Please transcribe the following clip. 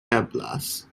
eblas